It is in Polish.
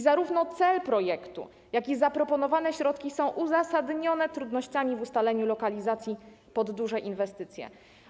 Zarówno cel projektu, jak i zaproponowane środki są uzasadnione trudnościami w ustaleniu lokalizacji pod duże inwestycje.